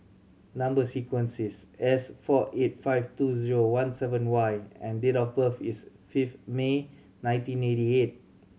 number sequence is S four eight five two zero one seven Y and date of birth is fifth May nineteen eighty eight